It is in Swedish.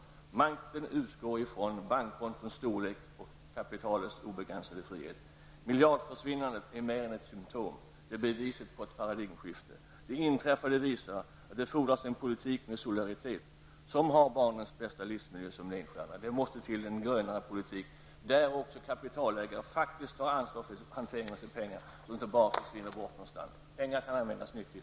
Makten avgörs av bankkontons storlek och kapitalets obegränsade frihet. Miljardförsvinnandet är mer än ett symptom. Det är beviset på ett paradigmskifte. Det inträffade visar att det fordras en politik med solidaritet, som har bästa möjliga livsmiljö för barnen som ledstjärna. Det måste till en grönare politik där också kapitalägare faktiskt tar ansvar för hanteringen av pengarna, så att de inte bara försvinner. Pengar kan användas nyttigt.